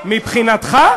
מבחינתך?